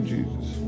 Jesus